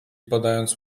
podając